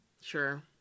Sure